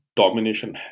domination